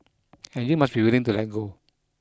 and you must be willing to let go